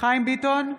חיים ביטון,